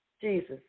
Jesus